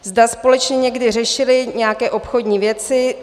Zda společně někdy řešili nějaké obchodní věci.